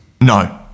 No